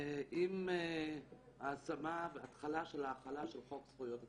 עם ההשמה וההתחלה של ההחלה של חוק זכויות התלמיד.